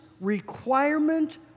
requirement